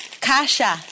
kasha